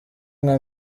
nka